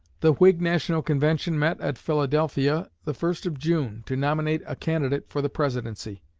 the whig national convention met at philadelphia the first of june, to nominate a candidate for the presidency.